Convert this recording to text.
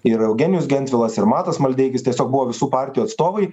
ir eugenijus gentvilas ir matas maldeikis tiesiog buvo visų partijų atstovai